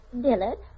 Dillard